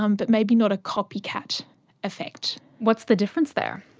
um but maybe not a copycat effect. what's the difference there?